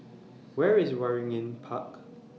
Where IS Waringin Park